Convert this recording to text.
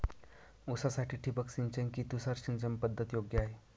ऊसासाठी ठिबक सिंचन कि तुषार सिंचन पद्धत योग्य आहे?